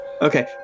Okay